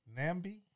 Nambi